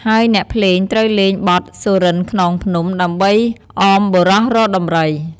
ហើយអ្នកភ្លេងត្រូវលេង បទសុរិន្ទខ្នងភ្នំ ដើម្បីអមបុរសរកដំរី។